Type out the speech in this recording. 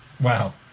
Wow